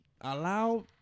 allow